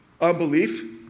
unbelief